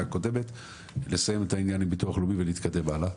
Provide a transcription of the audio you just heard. הקודמת לסיים את העניין עם ביטוח לאומי ולהתקדם הלאה.